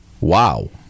Wow